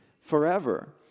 forever